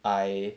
I